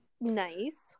Nice